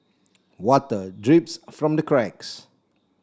water drips from the cracks